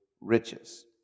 riches